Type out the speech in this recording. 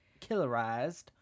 killerized